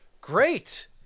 Great